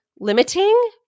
limiting